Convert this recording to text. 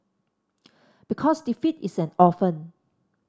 because defeat is an orphan